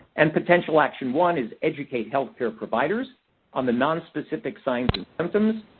and potential action one is educate health care providers on the nonspecific signs and symptoms,